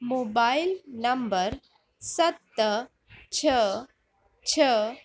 mobile number सत छह छह